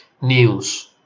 News